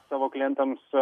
savo klientams